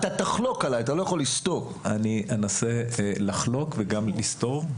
אני אנסה לחלוק וגם לסתור.